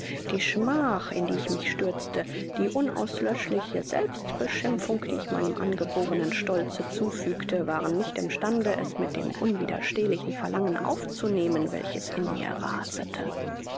die schmach in die ich mich stürzte die unauslöschliche selbstbeschimpfung die ich meinem angeborenen stolze zufügte waren nicht im stande es mit dem unwiderstehlichen verlangen aufzunehmen welches in mir rasete